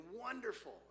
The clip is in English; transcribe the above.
wonderful